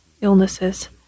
illnesses